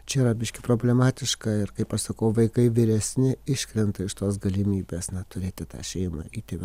čia yra biški problematiška ir kaip aš sakau vaikai vyresni iškrenta iš tos galimybės na turėti tą šeimą įtėvio